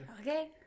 Okay